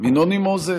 מנוני מוזס,